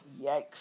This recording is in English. Yikes